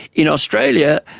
in australia,